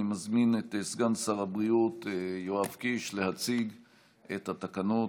אני מזמין את סגן שר הבריאות יואב קיש להציג את התקנות.